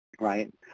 right